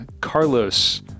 Carlos